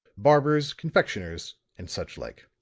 barbers, confectioners and such like.